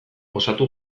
osatu